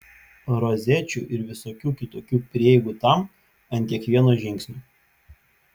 rozečių ir visokių kitokių prieigų tam ant kiekvieno žingsnio